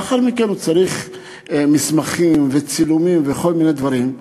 ולאחר מכן הוא צריך מסמכים וצילומים וכל מיני דברים.